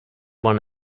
one